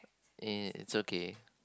eh it's okay